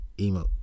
Emo